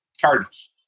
cardinals